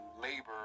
labor